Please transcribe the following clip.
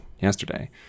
yesterday